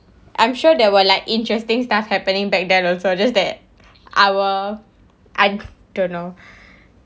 I'm sure there were like interesting stuff happening back then also that our I don't know